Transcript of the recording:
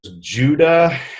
Judah